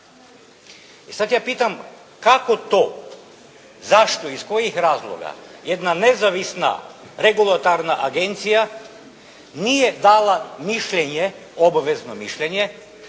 sada ja pitam kako to, zašto, iz kojih razloga jedna nezavisna regulatorna agencija nije dala mišljenje, obvezno mišljenje